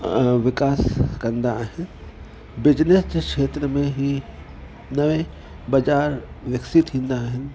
अ विकास कंदा आहिनि बिजनेस जे खेत्र में हीअ न बाज़ारि विकसित थींदा आहिनि